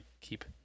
keep